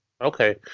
okay